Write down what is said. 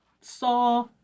saw